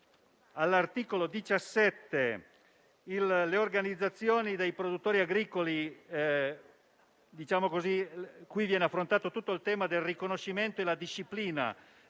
il tema delle organizzazioni dei produttori agricoli. Viene affrontato tutto il tema del riconoscimento e della disciplina